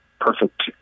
perfect